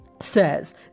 says